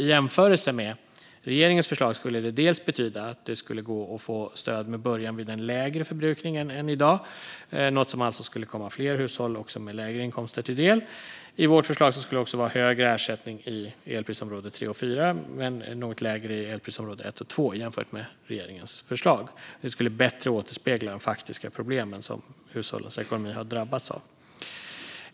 I jämförelse med regeringens förslag skulle det dels betyda att det skulle gå att få stöd med början vid en lägre förbrukning än i dag, något som alltså skulle komma fler hushåll med lägre inkomster till del, dels att det skulle vara högre ersättning i elprisområde 3 och 4 och en något lägre i elprisområde 1 och 2, vilket bättre skulle återspegla de faktiska problem som hushållens ekonomi har drabbats av.